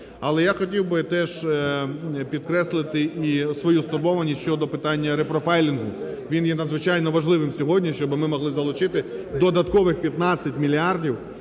Але я хотів би теж підкреслити і свою стурбованість щодо питання репрофайлінгу, він є надзвичайно важливим сьогодні, щоб ми могли залучити додаткових 15 мільярдів